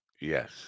Yes